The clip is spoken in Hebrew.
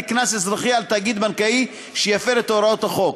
קנס אזרחי על תאגיד בנקאי שיפר את הוראות החוק.